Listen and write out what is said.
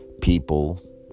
people